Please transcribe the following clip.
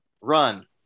Run